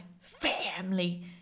family